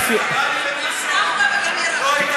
גם הדחת וגם ירשת.